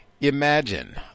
imagine